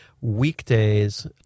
weekdays